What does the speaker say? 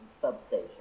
substation